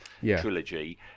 trilogy